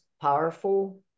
powerful